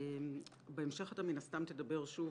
מן הסתם בהמשך אתה תדבר שוב,